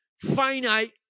finite